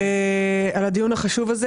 על הדיון החשוב הזה,